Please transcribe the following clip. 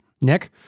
Nick